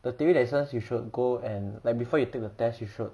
the theory lessons you should go and like before you take the test you should